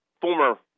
former